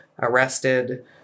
arrested